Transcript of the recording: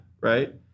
right